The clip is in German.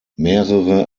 mehrere